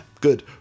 good